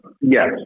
Yes